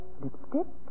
lipstick